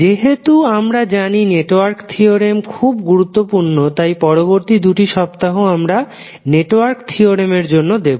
যেহেতু আমরা জানি নেটওয়ার্ক থিওরেম খুব গুরুত্বপূর্ণ তাই পরবর্তী দুটি সপ্তাহ আমরা নেটওয়ার্ক থিওরেমের জন্য দেব